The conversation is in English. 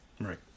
right